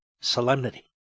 Solemnity